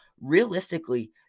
realistically